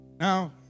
Now